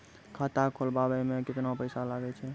खाता खोलबाबय मे केतना पैसा लगे छै?